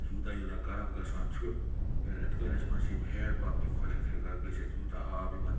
یوٗتاہ یوٗتاہ گَرٕم گَژھان چھُ یا ریٚتہٕ کٲلِس منٛز چھِ یِم ہینٛڈ پَمپ تہِ خۄشک ہیٚکان گٔژھِتھ یوٗتاہ آب یِمَن